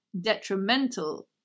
detrimental